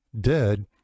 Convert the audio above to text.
dead